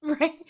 right